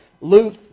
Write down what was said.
Luke